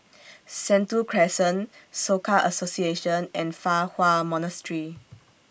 Sentul Crescent Soka Association and Fa Hua Monastery